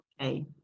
okay